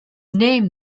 name